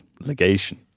legation